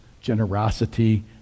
generosity